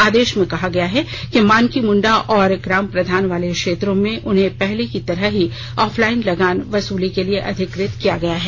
आदेश में कहा गया है कि मानकी मुंडा और ग्राम प्रधान वाले क्षेत्रों में उन्हें पहले की तरह ही ऑफलाईन लगान वसूली के लिए अधिकृत किया गया है